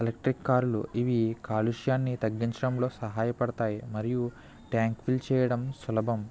electric కారులు ఇవి కాలుష్యాన్ని తగ్గించడంలో సహాయపడతాయి మరియు ట్యాంక్ ఫిల్ చేయడం సులభం